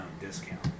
discount